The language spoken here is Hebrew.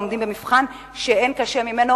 העומדים במבחן שאין קשה ממנו,